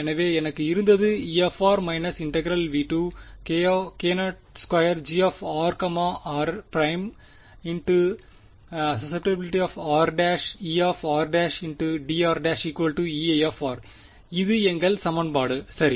எனவே எனக்கு இருந்தது E − V2k0 2grrχrErdrEi அது எங்கள் சமன்பாடு சரி